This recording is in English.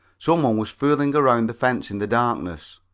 some one was fooling around the fence in the darkness.